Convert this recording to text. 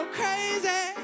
crazy